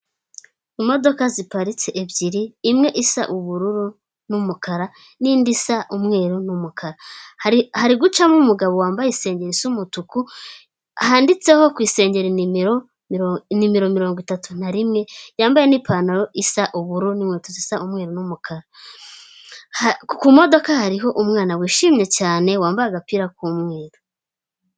Imodoka ziparitse ebyiri imwe isa ubururu n'umukara n'indi isa umweru n'umukara. Hari gucamo umugabo wambaye isengeri isa umutuku handitseho ku isenge nimero mirongo itatu na rimwe, yambaye n'ipantaro isa ubururu n'inkweto zisa umweru n'umukara, ku modoka hariho umwana wishimye cyane wambaye agapira k'umweru.